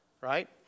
right